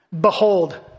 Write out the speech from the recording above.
Behold